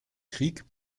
krieg